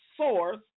source